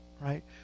right